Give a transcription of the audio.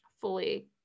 fully